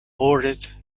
buried